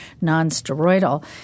non-steroidal